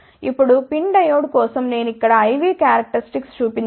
ఇప్పుడు PIN diode కోసం నేను ఇక్కడ I V క్యారక్టర్స్టిక్స్ చూపించాను